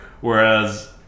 Whereas